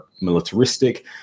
militaristic